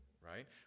right